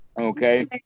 Okay